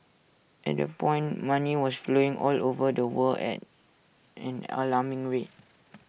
at that point money was flowing all over the world at an alarming rate